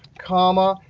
comma,